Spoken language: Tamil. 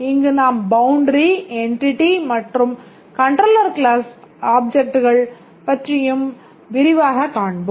இங்கு நாம் Boundary Entity மற்றும் Controller Objects பற்றியும் விரிவாக காண்போம்